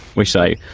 we say